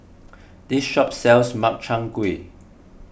this shop sells Makchang Gui